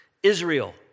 Israel